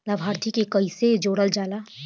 लभार्थी के कइसे जोड़ल जाला?